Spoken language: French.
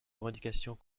revendications